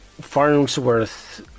Farnsworth